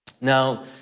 Now